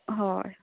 हय